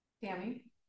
Tammy